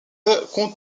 compte